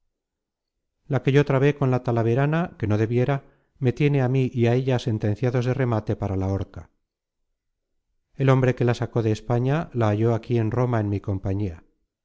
la que yo trabé con la talaverana que no debiera me tiene á mí y á ella sentenciados de remate para la horca el hombre que la sacó de españa la halló aquí en roma en mi compañía